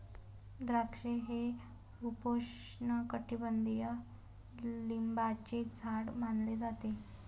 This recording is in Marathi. द्राक्षे हे उपोष्णकटिबंधीय लिंबाचे झाड मानले जाते